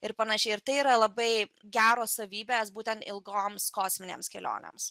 ir panašiai ir tai yra labai geros savybės būtent ilgoms kosminėms kelionėms